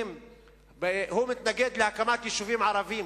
הוא מתנגד להקמת יישובים ערביים.